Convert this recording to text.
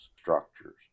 structures